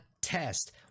test